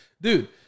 dude